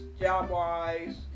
job-wise